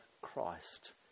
Christ